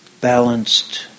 balanced